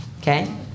Okay